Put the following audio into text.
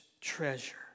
treasure